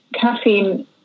caffeine